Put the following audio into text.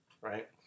right